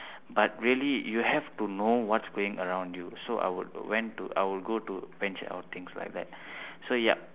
but really you have to know what's going around you so I would went to I would go to venture out things like that so yup